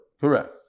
Correct